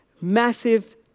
massive